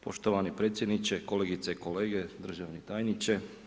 Poštovani predsjedniče, kolegice i kolege, državni tajniče.